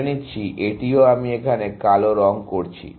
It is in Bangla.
ধরে নিচ্ছি এটিও আমি এখানে কালো রঙ করছি